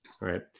right